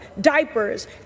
diapers